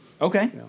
Okay